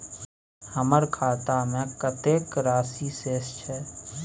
हमर खाता में कतेक राशि शेस छै?